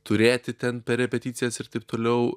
turėti ten per repeticijas ir taip toliau